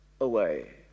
away